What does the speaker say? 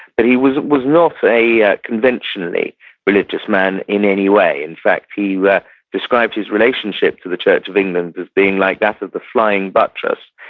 but he was was not a ah conventionally religious man in any way. in fact, he describes his relationship to the church of england as being like that of the flying buttress,